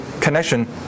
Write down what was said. connection